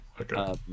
Okay